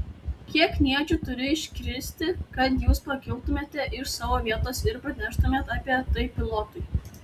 kiek kniedžių turi iškristi kad jūs pakiltumėte iš savo vietos ir praneštumėte apie tai pilotui